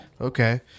Okay